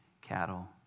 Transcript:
cattle